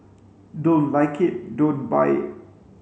don't like it don't buy it